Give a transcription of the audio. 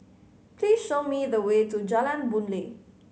please show me the way to Jalan Boon Lay